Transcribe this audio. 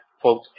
quote